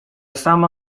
sama